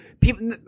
people